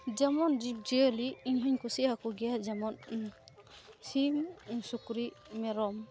ᱡᱮᱢᱚᱱ ᱡᱤᱵᱽᱡᱤᱭᱟᱹᱞᱤ ᱤᱧᱦᱚᱸᱧ ᱠᱩᱥᱤᱭᱟᱠᱚ ᱜᱮᱭᱟ ᱡᱮᱢᱚᱱ ᱤᱧ ᱥᱤᱢ ᱥᱩᱠᱨᱤ ᱢᱮᱨᱚᱢ